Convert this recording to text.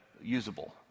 usable